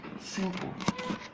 Simple